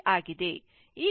ಈಗ i1 ∞ i 3∞ ಆಗಿದೆ